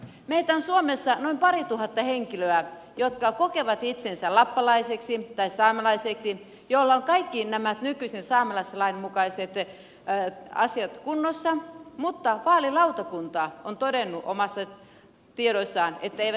meitä on suomessa noin parituhatta henkilöä jotka kokevat itsensä lappalaiseksi tai saamelaiseksi ja joilla on kaikki nämä nykyisen saamelaislain mukaiset asiat kunnossa mutta vaalilautakunta on todennut omissa tiedoissaan että eivät hyväksy